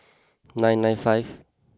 nine nine five